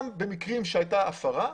גם במקרים שהייתה הפרה,